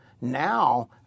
Now